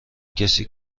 کسی